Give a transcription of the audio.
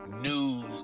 news